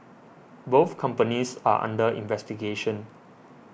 both companies are under investigation